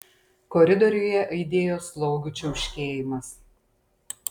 koridoriuje aidėjo slaugių čiauškėjimas